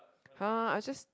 !huh! I just